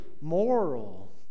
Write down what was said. moral